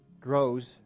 grows